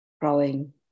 growing